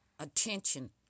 attention